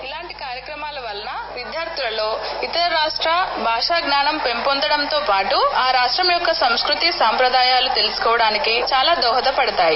ఇలాంటి కార్యక్రమాల వల్ల విద్యార్థులలో ఇతర రాష్ట భాషా జ్ఞానం పెంపొందడంతోపాటు ఆ రాష్టంయొక్క సంస్కృతి సాంప్రదాయాలు తెలుసుకోవడానికి చాలా దోహదపడతాయి